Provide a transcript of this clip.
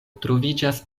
troviĝas